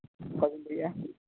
ᱚᱠᱚᱭ ᱵᱤᱱ ᱞᱟᱹᱭᱮᱫᱼᱟ